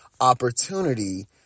opportunity